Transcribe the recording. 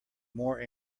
more